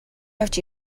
явж